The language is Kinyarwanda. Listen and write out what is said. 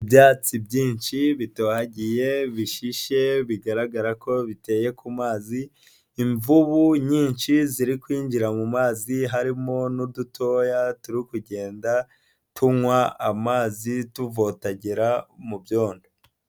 Ibyatsi byinshi bitohagiye bishyushye bigaragara ko biteye ku mazi, imvubu nyinshi ziri kwinjira mu mazi harimo n'udutoya turi kugenda tunywa amazi tuvotagera mu byondo.